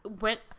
went